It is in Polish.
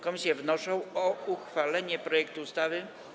Komisje wnoszą o uchwalenie projektu ustawy.